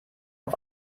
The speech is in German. auf